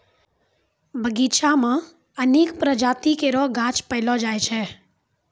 बगीचा म अनेक प्रजाति केरो गाछ पैलो जाय छै